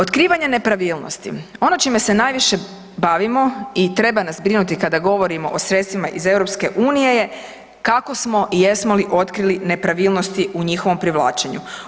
Otkrivanje nepravilnosti, ono čime se najviše se bavimo i treba nas brinuti kada govorimo o sredstvima iz EU kako smo i jesmo li otkrili nepravilnosti u njihovom privlačenju.